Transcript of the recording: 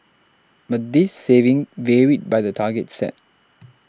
but this saving varied by the targets set